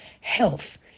health